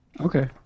Okay